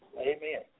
Amen